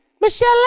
Michelle